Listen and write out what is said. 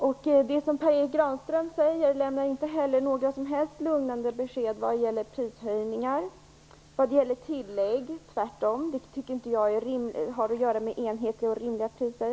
Inte heller lämnar han några som helst lugnande besked vad gäller prishöjningar och tillägg, som jag inte alls tycker har att göra med enhetliga och rimliga priser.